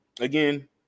again